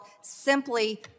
simply